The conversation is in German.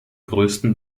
größten